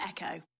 Echo